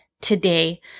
today